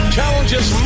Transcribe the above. challenges